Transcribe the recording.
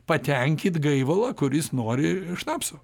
patenkyt gaivalą kuris nori šnapso